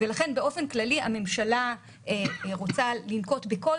לכן באופן כללי הממשלה רוצה לנקוט בכל